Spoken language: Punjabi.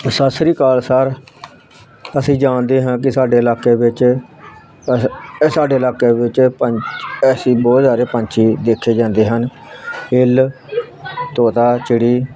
ਸਤਿ ਸ਼੍ਰੀ ਅਕਾਲ ਸਰ ਅਸੀਂ ਜਾਣਦੇ ਹਾਂ ਕਿ ਸਾਡੇ ਇਲਾਕੇ ਵਿੱਚ ਪਰ ਸਾਡੇ ਇਲਾਕੇ ਵਿੱਚ ਐਸੀ ਬਹੁਤ ਸਾਰੇ ਪੰਛੀ ਦੇਖੇ ਜਾਂਦੇ ਹਨ ਇੱਲ ਤੋਤਾ ਚਿੜੀ